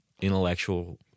intellectual